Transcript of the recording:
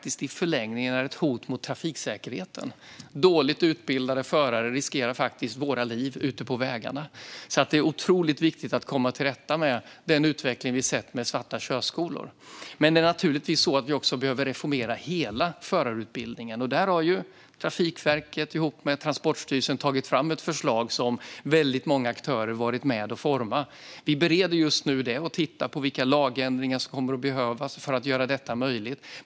I förlängningen är det också ett hot mot trafiksäkerheten eftersom dåligt utbildade förare riskerar våra liv ute på vägarna. Därför är det otroligt viktigt att komma till rätta med den utveckling vi sett med svarta körskolor. Givetvis behöver vi också reformera hela förarutbildningen, och här har Trafikverket ihop med Transportstyrelsen tagit fram ett förslag som många aktörer har varit med om att utforma. Nu bereder vi det och tittar på vilka lagändringar som behövs för att göra detta möjligt.